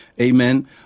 Amen